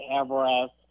Everest